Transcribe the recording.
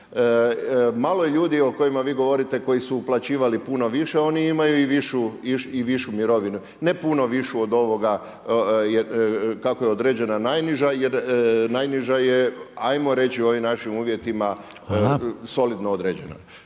Malo je ljudi o kojima vi govorite koji su uplaćivali puno više, oni imaju i višu mirovinu. Ne puno višu od ovoga kako je određena najniža jer najniža je ajmo reći u ovim našim uvjetima solidno određena.